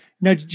Now